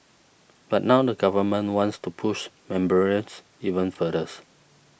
but now the Government wants to push membranes even furthers